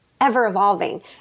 ever-evolving